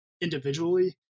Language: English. individually